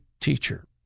teacher